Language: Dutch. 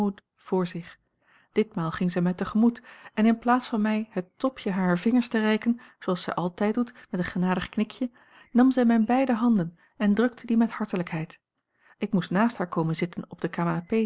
voor zich ditmaal ging zij mij te gemoet en in plaats van mij het topje harer vingers te reiken zooals zij altijd doet met een genadig knikje nam zij mijne beide handen en drukte die met hartelijkheid ik moest naast haar komen zitten op de